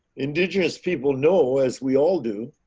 indigenous people know, as we all do.